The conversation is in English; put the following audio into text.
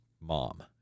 mom